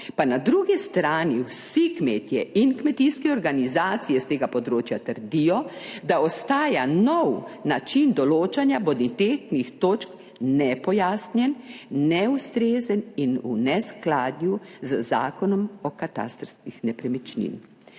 pa na drugi strani vsi kmetje in kmetijske organizacije s tega področja trdijo, da ostaja nov način določanja bonitetnih točk nepojasnjen, neustrezen in v neskladju z zakonom o katastrskih nepremičnin.